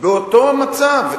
באותו מצב,